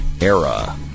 era